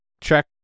check